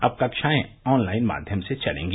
अब कक्षाएं ऑनलाइन माध्यम से चलेंगी